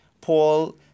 Paul